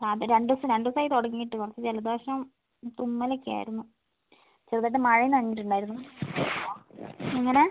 അതെ അത് രണ്ട് ദിവസം രണ്ട് ദിവസമായി തുടങ്ങിയിട്ട് കുറച്ച് ജലദോഷം തുമ്മൽ ഒക്കെ ആയിരുന്നു ചെറുതായിട്ട് മഴ നനഞ്ഞിട്ടുണ്ടായിരുന്നു എങ്ങനെ